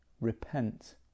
repent